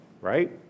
right